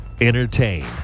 Entertain